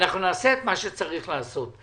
אנחנו נעשה את מה שצריך לעשות.